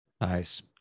Nice